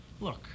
Look